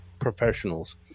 professionals